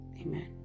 Amen